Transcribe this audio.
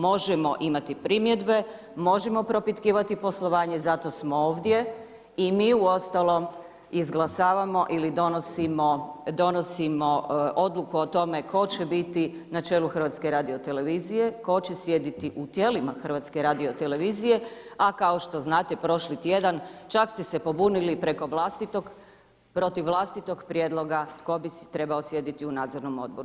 Možemo imati primjedbe, možemo propitkivati poslovanje, zato smo ovdje i mi uostalom izglasavamo ili donosimo odluku o tome tko će biti na čelu HRT-u, tko će sjediti u tijelima HRT-a, a kao što znate prošli tjedan, čak ste se pobunili protiv vlastitog prijedloga, tko bi trebao sjediti u nadzornom odboru.